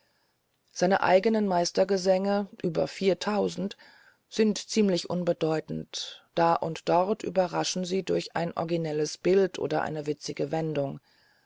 seine eigentlichen meistergesänge über viertausend sind unbedeutend da und dort überraschen sie durch ein originelles bild oder eine witzige wendung